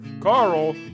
Carl